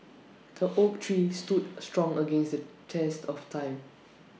the oak tree stood strong against the test of time